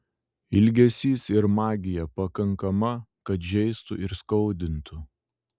ilgesys ir magija pakankama kad žeistų ir skaudintų